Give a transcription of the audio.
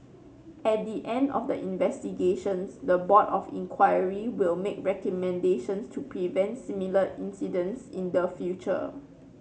at the end of the investigations the Board of Inquiry will make recommendations to prevent similar incidents in the future